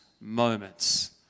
moments